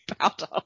powder